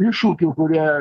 iššūkių kurie